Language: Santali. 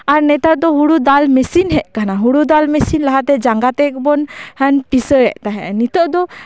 ᱟᱨ ᱱᱮᱛᱟᱨ ᱫᱚ ᱦᱳᱲᱳ ᱫᱟᱞ ᱢᱮᱥᱤᱱ ᱦᱮᱡ ᱠᱟᱱᱟ ᱦᱳᱲᱳ ᱫᱟᱞ ᱢᱮᱥᱤᱱ ᱞᱟᱦᱟᱛᱮ ᱡᱟᱝᱜᱟᱛᱮ ᱵᱚᱱ ᱯᱤᱥᱟᱹᱭᱮᱜ ᱛᱟᱦᱮᱸᱜ ᱱᱤᱛᱚᱜ ᱫᱚ